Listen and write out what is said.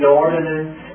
ordinance